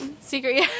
Secret